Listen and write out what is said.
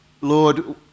Lord